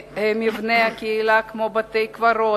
מבני קהילה כמו בתי-קברות,